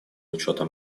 учета